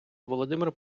володимир